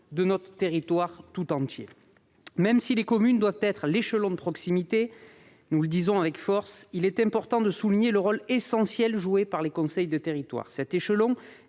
de notre territoire tout entier. Même si les communes doivent être l'échelon de proximité, nous le disons avec force, il est important de souligner le rôle essentiel joué par les conseils de territoire. Cet échelon